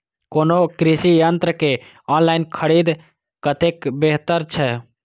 कोनो कृषि यंत्र के ऑनलाइन खरीद कतेक बेहतर छै?